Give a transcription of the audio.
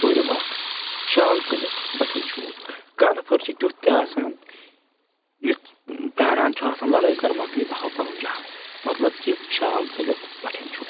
ژوٗرِم اکھ شال ژٔلِتھ بَٹھؠن چوب کانہہ نفر چھِ تیُتھ تہِ آسان یُس پیاران چھُ آسان لڑٲے کر مۄکلہٕ بہِ ہاو پنُن جَہَل مطلب کہِ شال ژٔلِتھ بَٹھؠن چوپ